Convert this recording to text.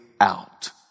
out